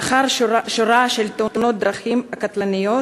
לאחר שורה של תאונות דרכים קטלניות